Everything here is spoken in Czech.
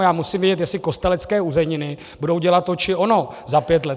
Já musím vědět, jestli Kostelecké uzeniny budou dělat to či ono za pět let.